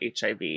HIV